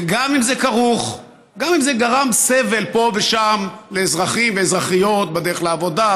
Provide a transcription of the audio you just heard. וגם אם זה גרם סבל פה ושם לאזרחים ואזרחיות בדרך לעבודה,